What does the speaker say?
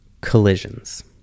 collisions